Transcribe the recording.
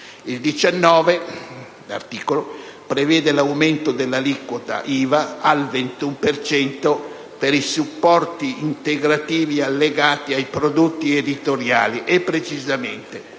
L'articolo 19 prevede l'aumento dell'aliquota IVA al 21 per cento per i supporti integrativi allegati ai prodotti editoriali e precisamente: